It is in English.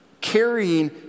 carrying